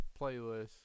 playlist